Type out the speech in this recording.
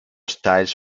styles